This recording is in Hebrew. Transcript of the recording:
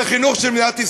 זה חינוך של מדינת ישראל.